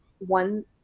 One